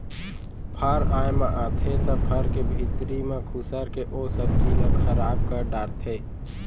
फर आए म आथे त फर के भीतरी म खुसर के ओ सब्जी ल खराब कर डारथे